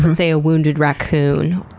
say a wounded raccoon,